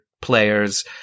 players